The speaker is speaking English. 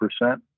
percent